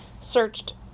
searched